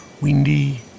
windy